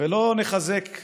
ולא נחזק,